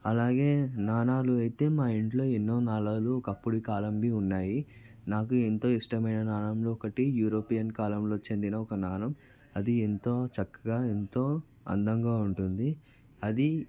అలాగే నాణాలు అయితే మా ఇంట్లో ఎన్నో నాణాలు ఒకప్పుడు కాలానివి ఉన్నాయి నాకు ఎంతో ఇష్టమైన నాణంలో ఒకటి యూరోపియన్ కాలంలో చెందిన ఒక నాణం అది ఎంతో చక్కగా ఎంతో అందంగా ఉంటుంది అది